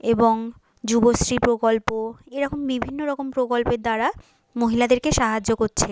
এবং যুবশ্রী প্রকল্প এরকম বিভিন্ন রকম প্রকল্পের দ্বারা মহিলাদেরকে সাহায্য করছেন